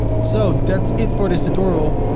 so that's it for this tutorial.